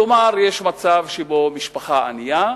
כלומר, יש מצב שבו משפחה ענייה,